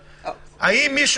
אלא אם כן